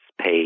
pay